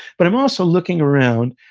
but, i'm also looking around,